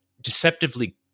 deceptively